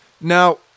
Now